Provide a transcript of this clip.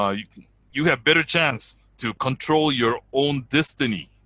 um you you have better chance to control your own destiny